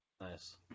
nice